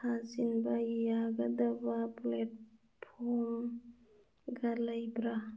ꯊꯥꯖꯤꯟꯕ ꯌꯥꯒꯗꯕ ꯄ꯭ꯂꯦꯠꯐꯣꯝꯒ ꯂꯩꯕ꯭ꯔꯥ